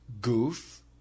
goof